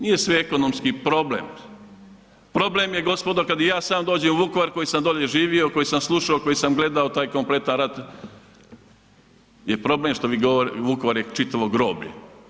Nije sve ekonomski problem, problem je gospodo kad i ja sam dođem u Vukovar koji sam dolje živio, koji sam slušao, koji sam gledao taj kompletan rat, je problem što vi, Vukovar je čitavo groblje.